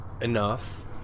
enough